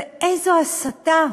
ואיזו הסתה,